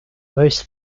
most